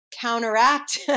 counteract